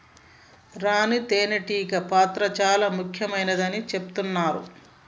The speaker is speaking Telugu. రాణి తేనే టీగ పాత్ర చాల ముఖ్యమైనదని చెబుతున్నరు